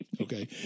okay